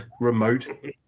remote